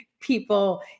people